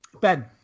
Ben